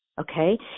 okay